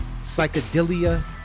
psychedelia